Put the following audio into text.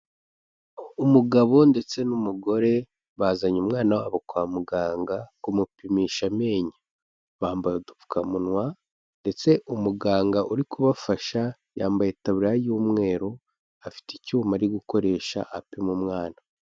Umugabo ndetse n'umugore bazanye umwana wabo kwa muganga kumupimisha amenyo, bambaye udupfukamunwa, ndetse umuganga uri kubafasha yambaye itaburiya y'umweru afite icyuma ari gukoresha apima umwana.